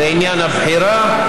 בעניין הבחירה,